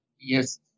yes